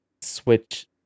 Switch